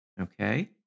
Okay